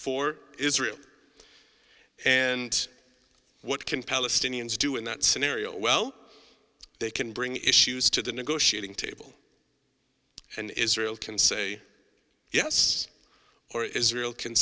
for israel and what can palestinians do in that scenario well they can bring issues to the negotiating table and israel can say yes or israel can